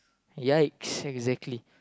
yikes exactly